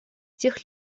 тех